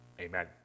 Amen